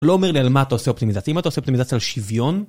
לא אומר לי על מה אתה עושה אופטימיזציה, אם אתה עושה אופטימיזציה על שוויון.